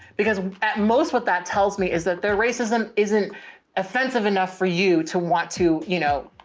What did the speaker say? because at most what that tells me is that their racism isn't offensive enough for you to want to, you know,